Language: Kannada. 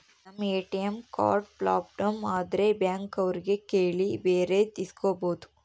ನಮ್ ಎ.ಟಿ.ಎಂ ಕಾರ್ಡ್ ಪ್ರಾಬ್ಲಮ್ ಆದ್ರೆ ಬ್ಯಾಂಕ್ ಅವ್ರಿಗೆ ಹೇಳಿ ಬೇರೆದು ಇಸ್ಕೊಬೋದು